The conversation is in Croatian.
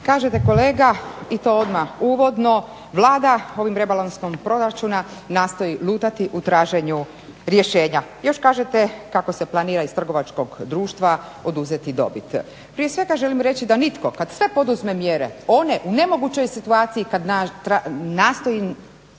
Kažete kolega i to odmah uvodno, Vlada ovim rebalansom proračuna nastoji lutati u traženju rješenja. Još kažete kako se planira iz trgovačkog društva oduzeti dobit. Prije svega želim reći da nitko kada sve poduzme mjere one u nemogućnoj situaciji kada nastoji